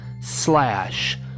slash